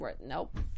Nope